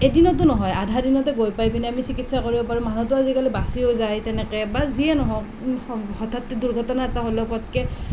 এদিনতো নহয় আধা দিনতে গৈ পাই পিনি আমি চিকিৎসা কৰিব পাৰোঁ মানুহটো আজিকালি বাচিও যায় তেনেকৈ বা যিয়েই নহওক হঠাতে দুৰ্ঘটনা এটা হ'লে পতকৈ